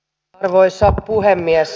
arvoisa puhemies